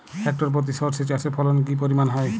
Hectare প্রতি সর্ষে চাষের ফলন কি পরিমাণ হয়?